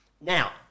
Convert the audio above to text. Now